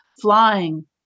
flying